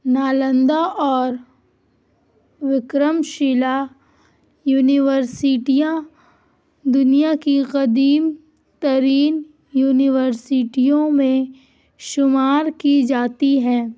نالندہ اور وکرم شیلا یونیورسٹیاں دنیا کی قدیم ترین یونیورسٹیوں میں شمار کی جاتی ہے